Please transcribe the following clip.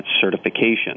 certification